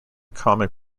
comic